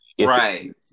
right